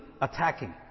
attacking